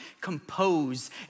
compose